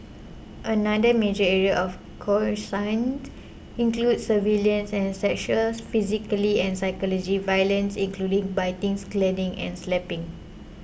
another major area of coercion included surveillance and sexual physically and psychology violence including biting scalding and slapping